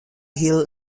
hill